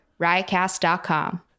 riotcast.com